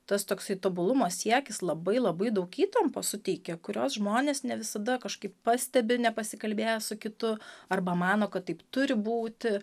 tas toksai tobulumo siekis labai labai daug įtampos suteikia kurios žmones ne visada kažkaip pastebi nepasikalbėjęs su kitu arba mano kad taip turi būti